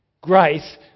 Grace